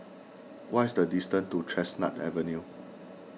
what is the distance to Chestnut Avenue